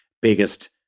biggest